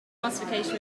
classification